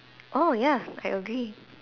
oh ya I agree